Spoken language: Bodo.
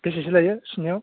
बेसेसो लायो सुनायाव